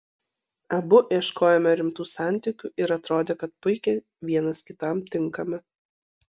abu ieškojome rimtų santykių ir atrodė kad puikiai vienas kitam tinkame